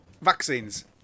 vaccines